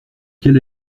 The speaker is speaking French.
quel